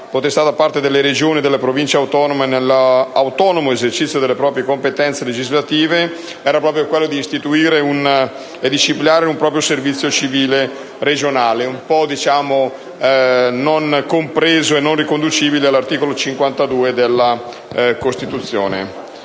potestà, da parte delle regioni e delle province autonome nell'autonomo esercizio delle proprie competenze legislative» era proprio di istituire e disciplinare un proprio servizio civile regionale, non compreso e non riconducibile all'articolo 52 della Costituzione.